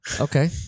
Okay